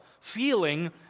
feeling